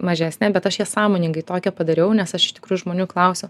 mažesnė bet aš ją sąmoningai tokią padariau nes aš iš tikrųjų žmonių klausiu